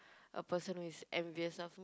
a person who is envious of